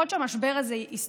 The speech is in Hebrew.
יכול להיות שהמשבר הזה יסתיים.